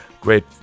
great